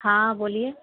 हाँ बोलिए